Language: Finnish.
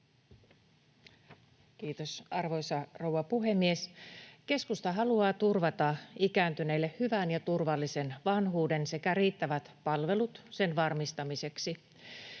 Kiitos, arvoisa rouva puhemies! Keskusta haluaa turvata ikääntyneille hyvän ja turvallisen vanhuuden sekä riittävät palvelut sen varmistamiseksi.